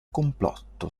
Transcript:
complotto